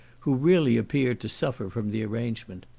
who really appeared to suffer from the arrangement.